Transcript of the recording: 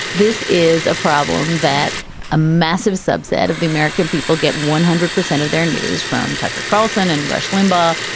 this is a problem that a massive subset of the american people get one hundred percent of their news from. tucker carlson and rush limbaugh.